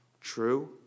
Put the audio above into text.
true